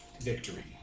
victory